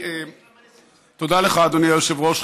תודה לך, אדוני היושב-ראש.